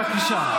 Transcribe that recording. בבקשה.